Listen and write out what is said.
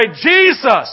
Jesus